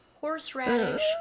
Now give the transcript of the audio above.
horseradish